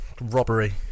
Robbery